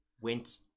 went